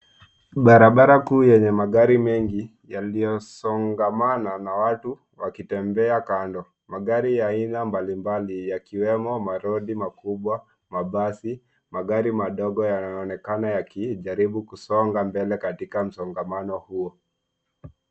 Barabara kuu yenye magari mengi yaliyosongamana na watu wakitembea kando. Magari ya aina mbalimbali yakiwemo malori makubwa, mabasi, magari madogo yanaonekana yakijaribu kusonga mbele katika msongamano huu.